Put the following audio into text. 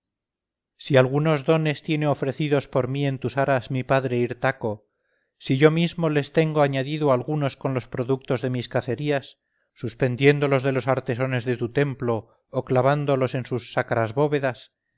si algunos dones tienes ofrecidos por mí en tus aras mi padre hirtaco si yo mismo les tengo añadido algunos con los productos de mis cacerías suspendiéndolos de los artesones de tu templo o clavándolos en sus sacras bóvedas